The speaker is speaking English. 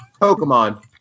Pokemon